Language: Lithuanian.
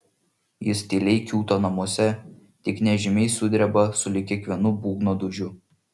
jis tyliai kiūto namuose tik nežymiai sudreba sulig kiekvienu būgno dūžiu